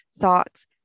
thoughts